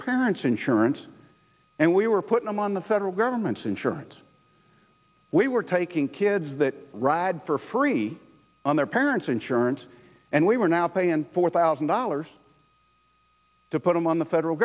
parents insurance and we were putting them on the federal government's insurance we were taking kids that ride for free on their parents insurance and we were now paying four thousand dollars to put them on the federal